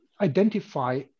identify